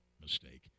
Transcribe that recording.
Mistake